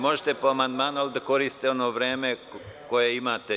Možete po amandmanu ali da koristite ono vreme koje imate.